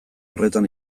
horretan